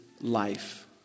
life